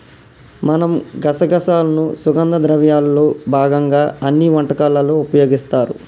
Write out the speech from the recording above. మనం గసగసాలను సుగంధ ద్రవ్యాల్లో భాగంగా అన్ని వంటకాలలో ఉపయోగిస్తారు